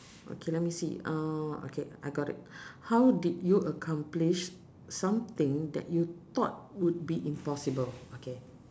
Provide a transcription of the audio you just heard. okay let me see uh okay I got it how did you accomplish something that you thought would be impossible okay